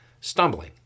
stumbling